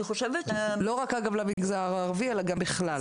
לא רק, אגב, למגזר הערבי אלא גם בכלל.